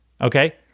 okay